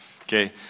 Okay